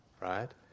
right